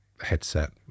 headset